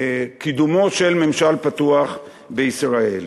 לקידומו של ממשל פתוח בישראל.